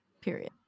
period